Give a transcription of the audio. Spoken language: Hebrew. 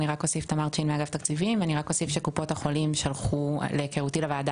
אני רק אוסיף שקופות החולים שלחו לוועדה